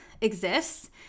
exists